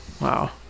Wow